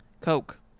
Coke